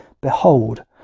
Behold